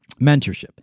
Mentorship